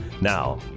Now